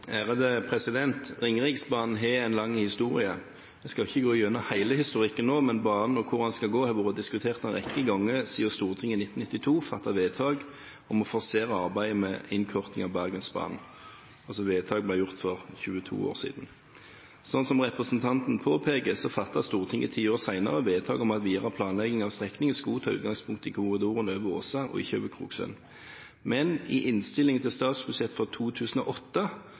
Ringeriksbanen har en lang historie. Jeg skal ikke gå gjennom hele historikken nå, men banen og hvor den skal gå, har vært diskutert en rekke ganger siden Stortinget i 1992 fattet vedtak om å forsere arbeidet med innkorting av Bergensbanen. Vedtaket ble altså gjort for 22 år siden. Som representanten påpeker, fattet Stortinget ti år senere vedtak om at videre planlegging av strekningen skulle ta utgangspunkt i korridoren over Åsa og ikke over Kroksund. Men i innstillingen til statsbudsjett for 2008